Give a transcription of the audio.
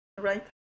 Right